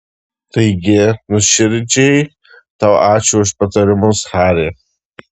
taigi nuoširdžiai tau ačiū už patarimus hari